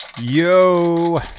Yo